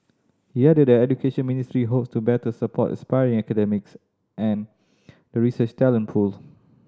he added that the Education Ministry hopes to better support aspiring academics and the research talent pool